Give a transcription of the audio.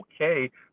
okay